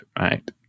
right